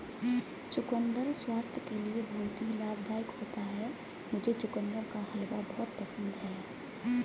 चुकंदर स्वास्थ्य के लिए बहुत ही लाभदायक होता है मुझे चुकंदर का हलवा बहुत पसंद है